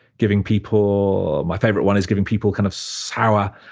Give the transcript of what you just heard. giving people, my favorite one is giving people kind of sour,